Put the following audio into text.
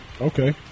Okay